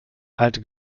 alte